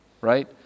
Right